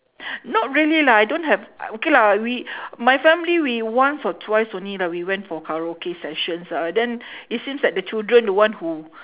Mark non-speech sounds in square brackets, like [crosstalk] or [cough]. [breath] not really lah I don't have I okay lah we [breath] my family we once or twice only lah we went for karaoke sessions lah then [breath] it seems like the children the one who